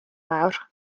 fawr